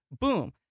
Boom